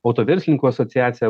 autoverslininkų asociacija